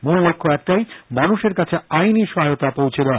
মূল লক্ষ্য একটাই মানুষের কাছে আইনি সহায়তা পৌছে দেওয়া